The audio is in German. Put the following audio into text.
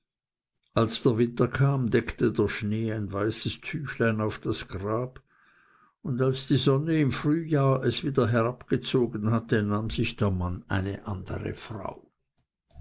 als der winter kam deckte der schnee ein weißes tüchlein auf das grab und als die sonne im frühjahr es wieder herabgezogen hatte nahm sich der mann eine andere frau